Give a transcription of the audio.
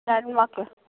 ಗಂಡುಮಕ್ಕಳು